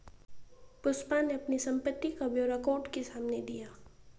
पुष्पा ने अपनी संपत्ति का ब्यौरा कोर्ट के सामने दिया